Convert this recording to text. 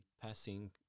passing